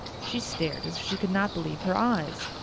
she stared as if she could not believe her eyes.